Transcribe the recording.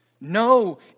No